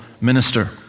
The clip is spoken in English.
minister